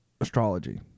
Astrology